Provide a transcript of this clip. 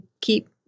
keep